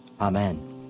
Amen